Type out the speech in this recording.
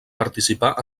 participar